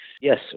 Yes